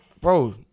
bro